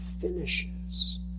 finishes